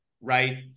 right